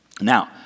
Now